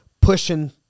pushing